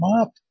up